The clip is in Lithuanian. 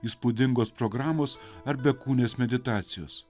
įspūdingos programos ar bekūnės meditacijos